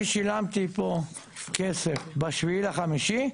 אני שילמתי פה כסף ב-7 במאי,